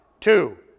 two